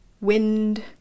wind